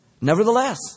Nevertheless